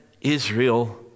Israel